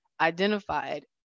identified